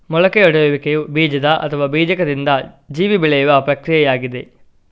ಮೊಳಕೆಯೊಡೆಯುವಿಕೆಯು ಬೀಜ ಅಥವಾ ಬೀಜಕದಿಂದ ಜೀವಿ ಬೆಳೆಯುವ ಪ್ರಕ್ರಿಯೆಯಾಗಿದೆ